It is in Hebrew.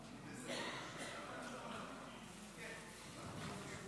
12. אני קובע כי הצעת חוק התכנון והבנייה (תיקון,